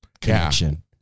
connection